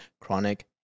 chronic